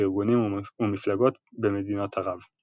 וארגונים ומפלגות במדינות ערב.